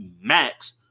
max